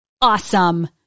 awesome